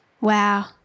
Wow